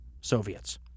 Soviets